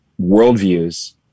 worldviews